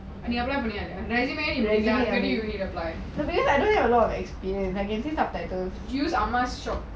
நீ:nee apply பணிய இல்லையா:paniya illaya resusme resume you need apply use ah ma's shop